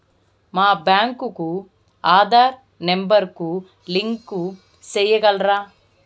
మా బ్యాంకు కు ఆధార్ నెంబర్ కు లింకు సేయగలరా?